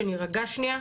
שנירגע שנייה,